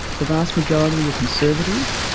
the vast majority were conservative,